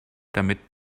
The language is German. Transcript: damit